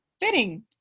Fitting